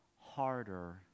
harder